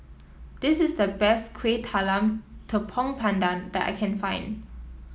this is the best Kueh Talam Tepong Pandan that I can find